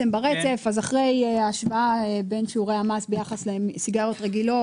אחרי ההשוואה בין שיעורי המס בין סיגריות רגילות